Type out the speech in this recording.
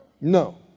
No